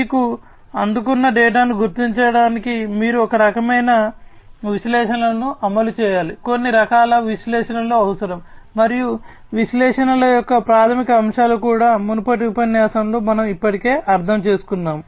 మీకు అందుకున్న డేటాను గుర్తుంచుకోవడానికి మీరు ఒక రకమైన విశ్లేషణలను అమలు చేయాలి కొన్ని రకాల విశ్లేషణలు అవసరం మరియు విశ్లేషణల యొక్క ప్రాథమిక అంశాలు కూడా మునుపటి ఉపన్యాసంలో మనము ఇప్పటికే అర్థం చేసుకున్నాము